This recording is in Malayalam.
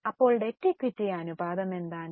അപ്പോൾ ഡെറ്റ് ഇക്വിറ്റി അനുപാതം എന്താണ്